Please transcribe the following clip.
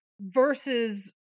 versus